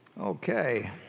Okay